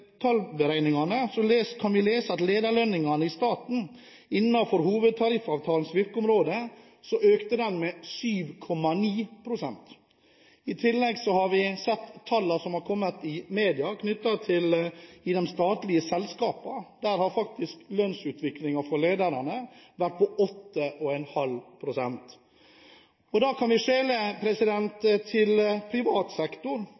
tallberegningene for lederlønninger, kan vi lese at lederlønningene i staten innenfor hovedtariffavtalens virkeområde økte med 7,9 pst. I tillegg har vi sett tallene som er kommet i media knyttet til de statlige selskapene. Der har faktisk lønnsutviklingen for lederne vært på 8,5 pst. Da kan vi skjele til privat sektor,